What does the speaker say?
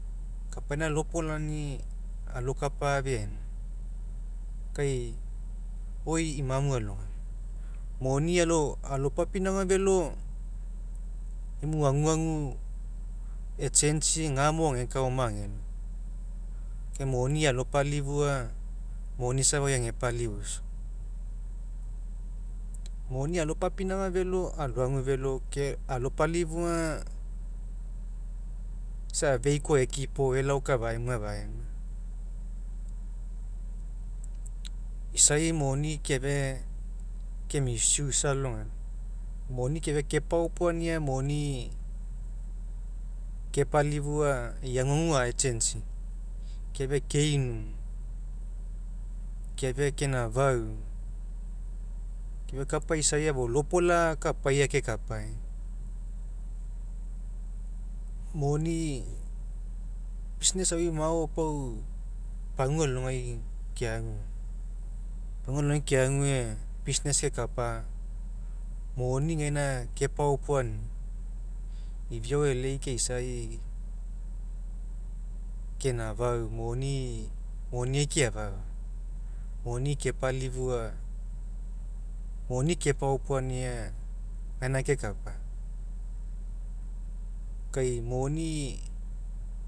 Kapaina lopolani, alokapa afeaina kai oi imamu alogai. Moni alo alopapinauga felo emu aguagu e'changei ga mo ageka oma agemia. Kai moni alopalifua moni safa oi agepalifuiso, moni alopapinauga felo aloagu felo ke alopalifua aga isa fei koa ekipo elao kai afaemue afaemai. Isai moni keafia ke misuse alogaina, moni keafaia kepaopoania monj kepalifua e'i aguagu aecahngei keafia keinu keafia kegafau keue kapa isai afolopolaga kapai akekapai. Moni business aui mao pau pagua alogai keague, pagua alogai business kekapa moni gaina kepaopoania ifiao e'elei kaisai, kegafau moni moniai keafau moni kepalifua moni kepaopoania gaina kekapa kai moni